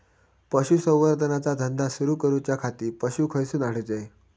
पशुसंवर्धन चा धंदा सुरू करूच्या खाती पशू खईसून हाडूचे?